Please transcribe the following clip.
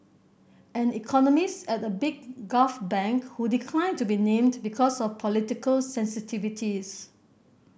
an economist at a big Gulf bank who declined to be named because of political sensitivities